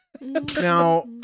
Now